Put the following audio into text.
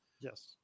Yes